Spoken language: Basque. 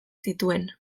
zituen